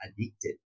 addicted